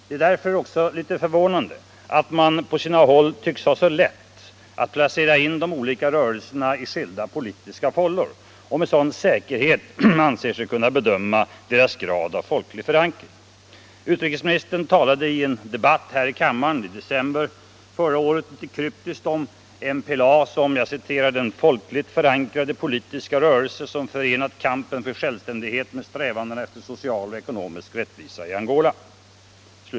Det är därför litet förvånande att man på sina håll tycks ha så lätt att placera in de olika rörelserna i skilda politiska fållor och med sådan säkerhet anser sig kunna bedöma deras grad av folklig förankring. Utrikesministern talade i en debatt här i kammaren i december förra året litet kryptiskt om MPLA som ”den folkligt förankrade politiska rörelse som förenat kampen för självständighet med strävandena efter social och ekonomisk rättvisa i Angola”.